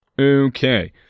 Okay